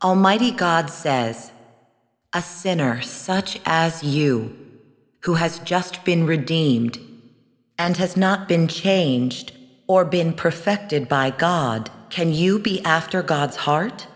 almighty god says a sinner such as you who has just been redeemed and has not been changed or been perfected by god can you be after god's hear